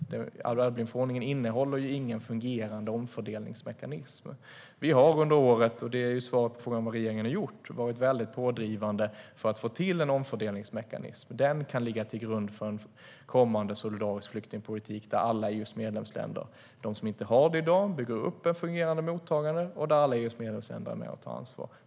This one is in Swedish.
Dublinförordningen innehåller ingen fungerande omfördelningsmekanism. Svaret på frågan om vad regeringen har gjort är att vi under året har varit väldigt pådrivande för att få till en omfördelningsmekanism. Den kan ligga till grund för en kommande solidarisk flyktingpolitik där alla EU:s medlemsländer som inte har detta i dag bygger upp ett fungerande mottagande och där alla medlemsländer är med och tar ansvar.